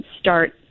start